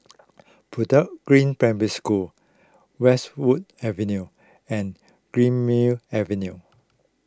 Bedok Green Primary School Westwood Avenue and Greenmead Avenue